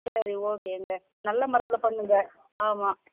சரி ஓகேங்க நல்ல மரத்தில் பண்ணுங்கள் ஆமாம்